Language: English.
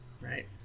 right